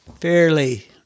fairly